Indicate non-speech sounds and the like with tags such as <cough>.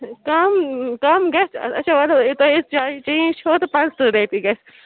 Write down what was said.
کَم کَم گَژھِ اَتھ <unintelligible> تۄہہِ حظ چایی چیٚنی چھو تہٕ پانٛژھ تٕرٛہ رۄپیہِ گژھِ